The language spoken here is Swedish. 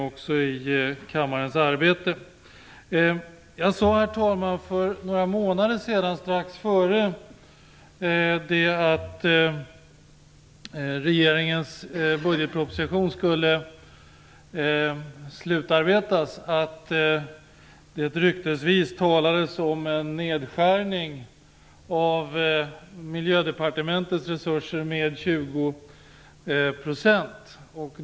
Jag sade för några månader sedan, strax innan regeringens budgetproposition skulle slutarbetas, att det ryktesvis talades om en nedskärning av Miljödepartementets resurser med 20 %.